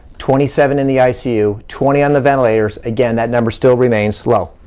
twenty seven in the icu, twenty on the ventilators, again, that number still remains low.